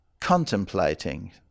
contemplating